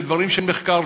אלה דברים של מחקר,